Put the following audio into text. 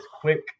quick